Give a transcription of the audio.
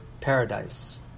paradise